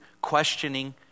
questioning